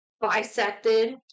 bisected